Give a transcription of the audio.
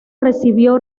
recibió